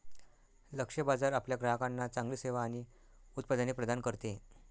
लक्ष्य बाजार आपल्या ग्राहकांना चांगली सेवा आणि उत्पादने प्रदान करते